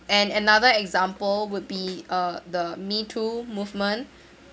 and another example would be uh the me too movement